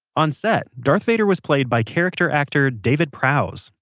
on set, darth vader was played by character actor david prowse.